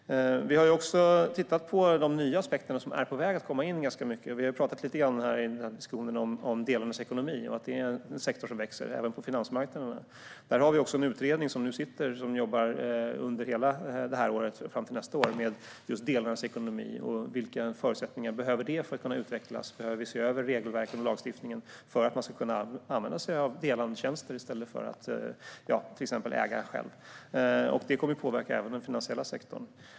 Vi har också tittat på de nya aspekter som är på väg att komma in ganska mycket. Vi har i denna diskussion talat lite grann om delningsekonomi och att det är en sektor som växer, även på finansmarknaderna. I fråga om detta har vi tillsatt en utredning som jobbar under hela detta år och fram till nästa år med just delningsekonomi och vilka förutsättningar som behövs för att den ska kunna utvecklas. Behöver vi se över regelverken och lagstiftningen för att man ska kunna använda sig av delningstjänster i stället för att till exempel äga? Det kommer att påverka även den finansiella sektorn.